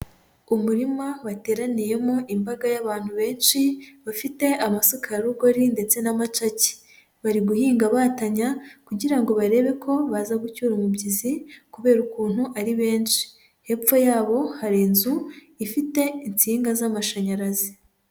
Umurima wateraniyemo imbaga y'abantu benshi bafite abasuka ya rugori ndetse n'amacaki, bari guhinga batanya kugira ngo barebe ko baza gucyura umubyizi kubera ukuntu ari benshi, hepfo yabo hari inzu ifite insinga z'amashanyarazi.